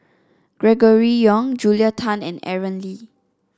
Gregory Yong Julia Tan and Aaron Lee